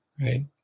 right